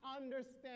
understand